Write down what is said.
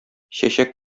чәчәк